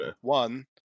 One